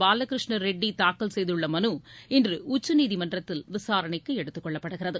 பாலகிருஷ்ண ரெட்டி தாக்கல் செய்துள்ள மனு இன்று உச்சநீதிமன்றத்தில் விசாரணைக்கு எடுத்துக்கொள்ளப்படுகிறது